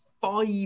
five